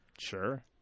Sure